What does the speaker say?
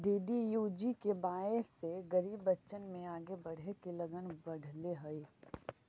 DDUGKY से गरीब बच्चन में आगे बढ़े के लगन बढ़ले हइ